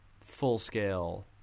full-scale